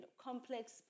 complex